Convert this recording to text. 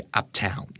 uptown